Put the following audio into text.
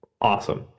Awesome